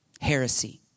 heresy